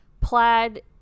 plaid